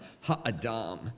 ha-adam